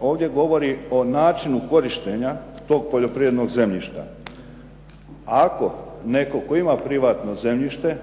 ovdje govori o načinu korištenja tog poljoprivrednog zemljišta. Ako netko tko ima privatno zemljište